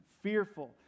fearful